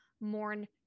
mourn